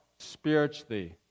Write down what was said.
Spiritually